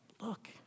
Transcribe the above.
look